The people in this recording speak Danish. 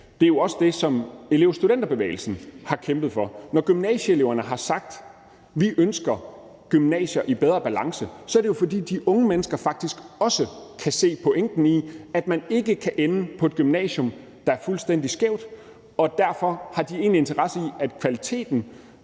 Det er jo også det, som elev- og studenterbevægelsen har kæmpet for. Når gymnasieeleverne har sagt, at de ønsker gymnasier i bedre balance, så er det jo, fordi de unge mennesker faktisk også kan se pointen i, at man ikke kan ende på et gymnasium, der er fuldstændig skævt, og derfor har de en interesse i, at kvaliteten